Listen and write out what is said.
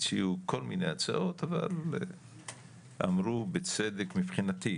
הציעו כל מיני הצעות אבל אמרו בצדק מבחינתי